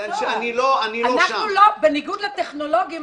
בניגוד לטכנולוגים,